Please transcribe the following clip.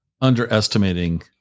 underestimating